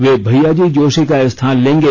वे भैयाजी जोशी का स्थान लेंगे